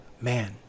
man